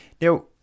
Now